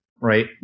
right